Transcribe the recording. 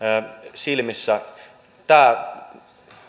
silmissä tämä